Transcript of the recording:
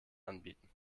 anbieten